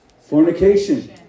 Fornication